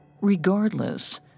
Regardless